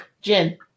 gin